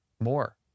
more